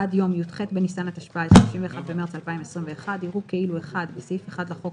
עד יום י"ח בניסן התשפ"א (31 במרס 2021) יראו כאילו בסעיף 1 לחוק,